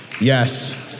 Yes